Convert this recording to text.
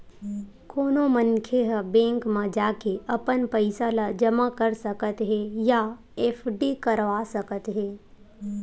कोनो मनखे ह बेंक म जाके अपन पइसा ल जमा कर सकत हे या एफडी करवा सकत हे